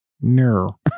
no